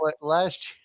Last